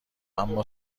اما